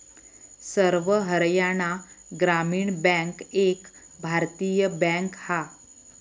सर्व हरयाणा ग्रामीण बॅन्क एक भारतीय बॅन्क हा